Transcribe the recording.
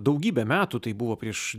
daugybę metų tai buvo prieš